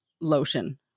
lotion